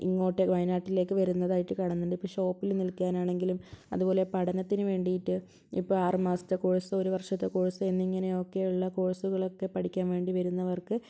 ഇങ്ങോട്ട് വയനാട്ടിലേക്ക് വരുന്നതായിട്ട് കാണുന്നുണ്ട് ഇപ്പോൾ ഷോപ്പിൽ നിൽക്കാനാണെങ്കിലും അതുപോലെ പഠനത്തിന് വേണ്ടീട്ട് ഇപ്പോൾ ആറുമാസത്തെ കോഴ്സ് ഒരു വർഷത്തെ കോഴ്സ് എന്നിങ്ങനെ ഒക്കെയുള്ള കോഴ്സുകളൊക്കെ പഠിക്കാൻ വേണ്ടി വരുന്നവർക്ക്